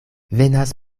venas